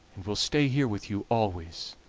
and will stay here with you always.